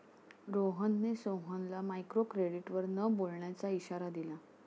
रोहनने सोहनला मायक्रोक्रेडिटवर न बोलण्याचा इशारा दिला